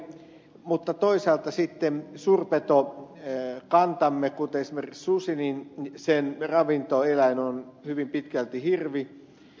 mutta toisaalta sitten suurpetokantamme kuten esimerkiksi suden ravintoeläin on hyvin pitkälti hirvi